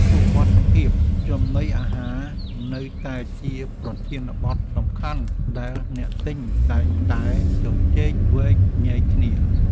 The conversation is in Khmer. សុវត្ថិភាពចំណីអាហារនៅតែជាប្រធានបទសំខាន់ដែលអ្នកទិញតែងតែជជែកវែកញែកគ្នា។